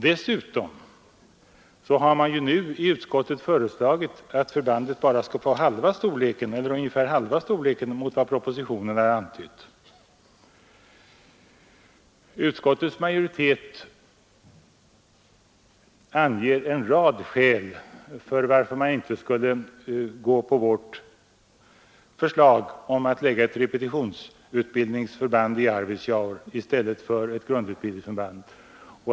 Dessutom har man ju nu i utskottet föreslagit att förbandet bara skall få ungefär halva den storlek som propositionen har angivit. Utskottets majoritet anger en rad skäl för att man inte skulle gå på vårt förslag om att lägga ett repetitionsutbildningsförband i Arvidsjaur i stället för ett grundutbildningsförband.